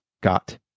got